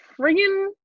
friggin